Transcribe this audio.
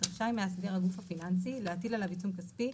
רשאי מאסדר הגוף הפיננסי להטיל עליו עיצום כספי,